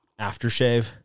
aftershave